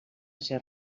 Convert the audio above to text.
ser